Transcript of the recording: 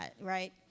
right